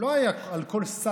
הוא לא היה משלם לו על כל שק.